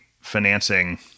financing